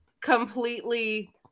completely